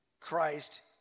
Christ